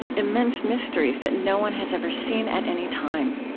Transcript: immense mysteries that no one has ever seen at any time.